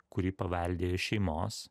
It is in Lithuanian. kurį paveldėjo iš šeimos